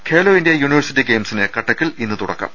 Khelo India university ഗെയിംസിന് കട്ടക്കിൽ ഇന്ന് തുടക്കം